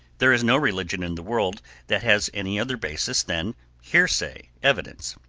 there is no religion in the world that has any other basis than hearsay evidence.